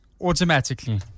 automatically